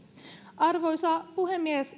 arvoisa puhemies